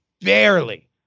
barely